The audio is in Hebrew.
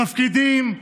תפקידים,